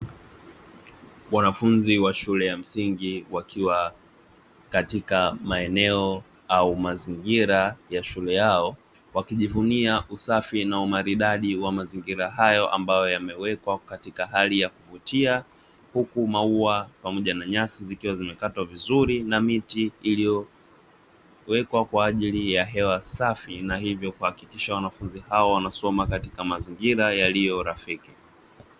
Wanafunzi wa shule ya msingi wakiwa katika maeneo au mazingira ya shule yao wakijivunia usafi na umaridadi wa mazingira hayo amaboyo yamewekwa katika hali ya kuvutia, huku maua pamoja na nyasi zikiwa zimekatwa vizuri na miti iliyowekwa kwa ajili ya hewa safi na hivyo kuhakikisha wanafunzi hao wanasoma katika mazingira yaliyo rafiki.